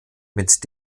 mit